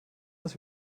das